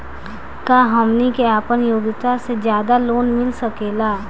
का हमनी के आपन योग्यता से ज्यादा लोन मिल सकेला?